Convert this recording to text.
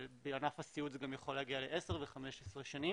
בענף הסיעוד, זה גם יכול להגיע ל-10 ו-15 שנים.